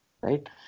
right